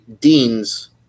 deans